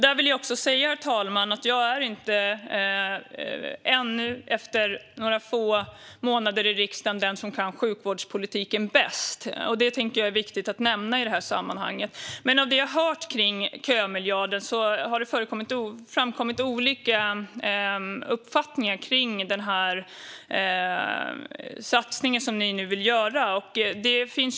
Jag vill säga, herr talman, att jag efter några få månader i riksdagen ännu inte är den som kan sjukvårdspolitiken bäst, och detta är viktigt att nämna i sammanhanget. Men det jag har hört om kömiljarden är att det har framkommit olika uppfattningar om den satsning som ni nu vill göra, Camilla Waltersson Grönvall.